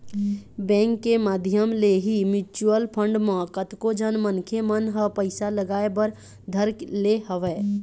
bank के माधियम ले ही म्यूचुवल फंड म कतको झन मनखे मन ह पइसा लगाय बर धर ले हवय